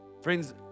Friends